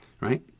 right